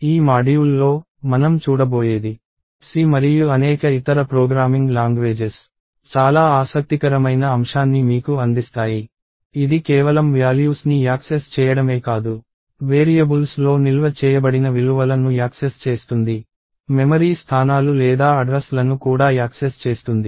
ఈ మాడ్యూల్లో మనం చూడబోయేది C మరియు అనేక ఇతర ప్రోగ్రామింగ్ లాంగ్వేజెస్ చాలా ఆసక్తికరమైన అంశాన్ని మీకు అందిస్తాయి ఇది కేవలం వ్యాల్యూస్ ని యాక్సెస్ చేయడమే కాదు వేరియబుల్స్లో నిల్వ చేయబడిన విలువల ను యాక్సెస్ చేస్తుంది మెమరీ స్థానాలు లేదా అడ్రస్ లను కూడా యాక్సెస్ చేస్తుంది